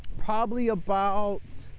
probably, about,